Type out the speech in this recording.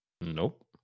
Nope